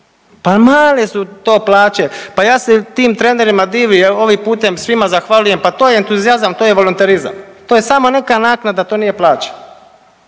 Pa male su to plaće, pa ja se tim trenerima divim, ovim putem svima zahvaljujem, pa to je entuzijazam, to je volonterizam. To je samo neka naknada, to nije plaća.